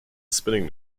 spinning